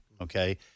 okay